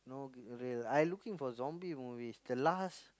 no real~ I looking for zombie movies the last